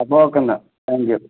അപ്പോൾ ഓക്കെ എന്നാൽ താങ്ക്യൂ